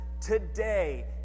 today